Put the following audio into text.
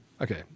Okay